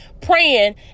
praying